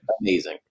Amazing